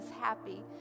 happy